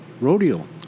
Rodeo